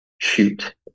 shoot